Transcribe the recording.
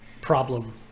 problem